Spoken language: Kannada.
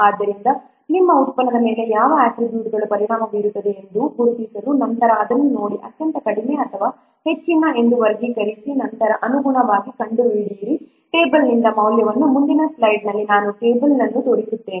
ಆದ್ದರಿಂದ ನಿಮ್ಮ ಉತ್ಪನ್ನದ ಮೇಲೆ ಯಾವ ಅಟ್ರಿಬ್ಯೂಟ್ಗಳು ಪರಿಣಾಮ ಬೀರುತ್ತವೆ ಎಂಬುದನ್ನು ಗುರುತಿಸಲು ನಂತರ ಅದನ್ನು ನೋಡಿ ಅತ್ಯಂತ ಕಡಿಮೆ ಅಥವಾ ಹೆಚ್ಚಿನವು ಎಂದು ವರ್ಗೀಕರಿಸಿ ನಂತರ ಅನುಗುಣವಾದದನ್ನು ಕಂಡುಹಿಡಿಯಿರಿ ಟೇಬಲ್ನಿಂದ ಮೌಲ್ಯ ಮುಂದಿನ ಸ್ಲೈಡ್ನಲ್ಲಿ ನಾನು ಟೇಬಲ್ ಅನ್ನು ತೋರಿಸುತ್ತೇನೆ